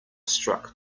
struck